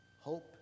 Hope